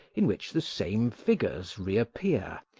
in which the same figures reappear,